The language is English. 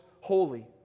holy